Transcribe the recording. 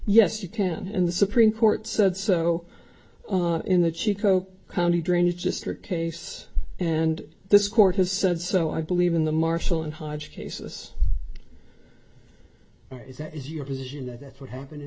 yes you can and the supreme court said so in the chico county drainage just her case and this court has said so i believe in the marshall and hides cases is that is your position that's what happened in